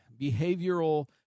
behavioral